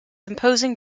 imposing